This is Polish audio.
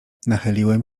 nachyliłem